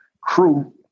Crew